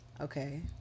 Okay